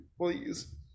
please